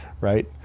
Right